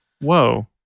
Whoa